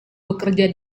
bekerja